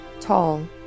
tall